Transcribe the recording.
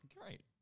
Great